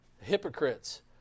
hypocrites